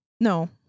no